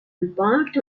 embarked